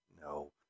no